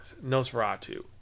Nosferatu